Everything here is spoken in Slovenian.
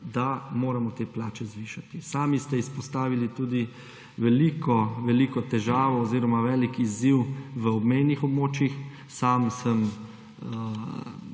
da moramo te plače zvišati. Sami ste izpostavili tudi veliko, veliko težavo oziroma velik izziv v obmejnih območjih. Sam sem